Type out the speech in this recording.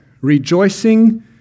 Rejoicing